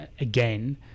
again